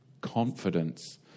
confidence